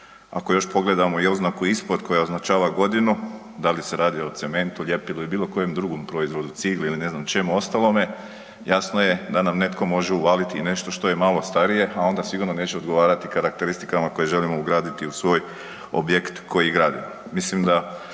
Ako još pogledamo i oznaku ispod koja označava godinu, da li se radi o cementu, ljepilu i bilokojem drugom proizvodu, cigli ili ne znam čemu ostalome, jasno je da nam netko može uvaliti i nešto što je malo starije a onda sigurno neće odgovarati karakteristikama koje želimo ugraditi u svoj objekt koji gradimo.